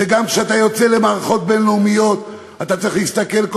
שגם כשאתה יוצא למערכות בין-לאומיות אתה צריך להסתכל כל